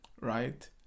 right